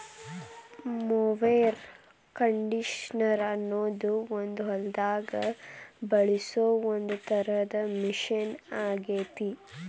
mower conditioner ಅನ್ನೋದು ಹೊಲದಾಗ ಬಳಸೋ ಒಂದ್ ತರದ ಮಷೇನ್ ಆಗೇತಿ